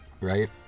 Right